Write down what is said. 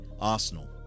Arsenal